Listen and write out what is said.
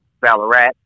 Ballarat